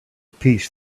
peace